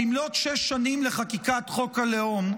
במלאת שש שנים לחקיקת חוק הלאום,